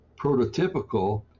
prototypical